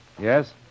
Yes